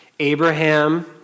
Abraham